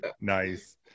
Nice